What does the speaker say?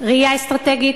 ראייה אסטרטגית,